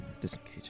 disengage